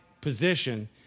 position